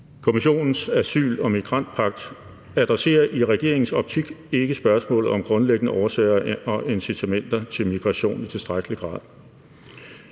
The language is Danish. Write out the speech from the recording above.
Kommissionens asyl- og migrantpagt adresserer i regeringens optik ikke spørgsmålet om grundlæggende årsager og incitamenter til migration i tilstrækkelig grad.